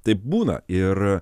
taip būna ir